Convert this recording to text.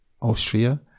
austria